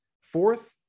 fourth